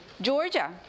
Georgia